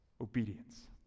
obedience